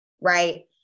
right